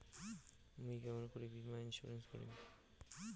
মুই কেমন করি বীমা ইন্সুরেন্স করিম?